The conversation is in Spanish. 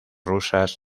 rusas